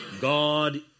God